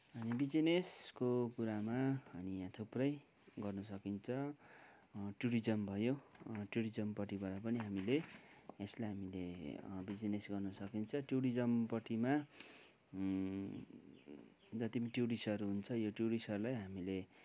बिजनेसको कुरामा हामी यहाँ थुप्रै गर्नु सकिन्छ टुरिज्म भयो टुरिज्मपट्टिबाट पनि हामीले यसलाई हामीले बिजनेस गर्न सकिन्छ टुरिज्मपट्टिमा जति पनि टुरिस्टहरू हुन्छ यो टुरिस्टहरूलाई हामीले